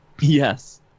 Yes